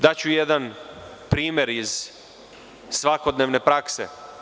Daću jedan primer iz svakodnevne prakse.